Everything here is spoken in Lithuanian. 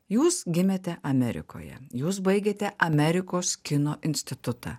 jūs gimėte amerikoje jūs baigėte amerikos kino institutą